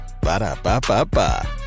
Ba-da-ba-ba-ba